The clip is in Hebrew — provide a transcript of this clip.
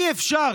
אי-אפשר